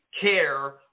care